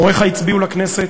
הוריך הצביעו לכנסת,